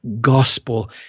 gospel